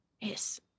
Yes